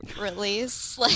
release